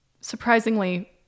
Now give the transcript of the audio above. surprisingly